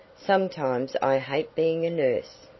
sometimes i hate being a nurse.